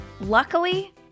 Luckily